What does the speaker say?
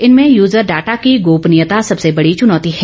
इनमें user data की गोपनीयता सबसे बड़ी चुनौती है